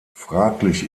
fraglich